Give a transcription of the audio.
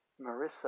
Marissa